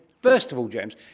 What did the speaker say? first of all james,